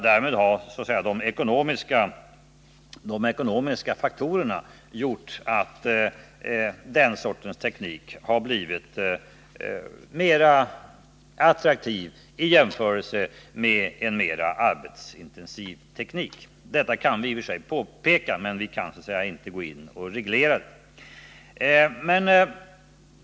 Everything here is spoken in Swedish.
De ekonomiska faktorerna har därmed medverkat till att den sortens teknik har blivit mera attraktiv än en mera arbetsintensiv teknik. Detta kan vi i och för sig påpeka, men vi kan inte gå in och reglera det.